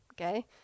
Okay